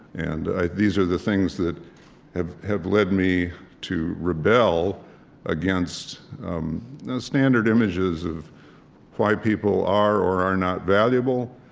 and ah these are the things that have have led me to rebel against the standard images of why people are or are not valuable,